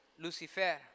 Lucifer